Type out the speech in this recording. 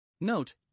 Note